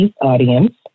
audience